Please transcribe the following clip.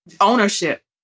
Ownership